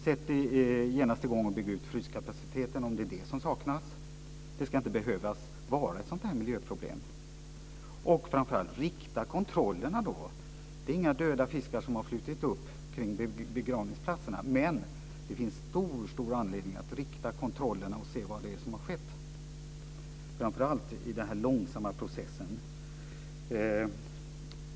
Sätt genast i gång att bygga ut fryskapaciteten, om det är sådan som saknas! Det ska inte behöva finnas ett sådant här miljöproblem. Och framför allt: Sätt in kontroller! Det har inte flutit upp några döda fiskar i anslutning till begravningsplatserna, men det finns stor anledning att sätta in kontroller och se efter vad som har skett, främst i den långsamma processen.